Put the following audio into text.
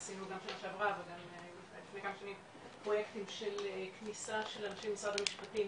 עשינו גם לפני כמה שנים פרויקטים של כניסה של אנשים ממשרד המשפטים